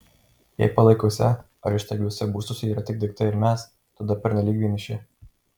jei palaikiuose ar ištaigiuose būstuose yra tik daiktai ir mes tada pernelyg vieniši